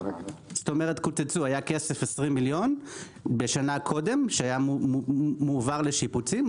היו 20 מיליון שנה לפני כן שהועברו לשיפוצים,